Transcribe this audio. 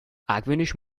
argwöhnisch